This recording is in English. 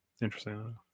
interesting